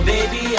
Baby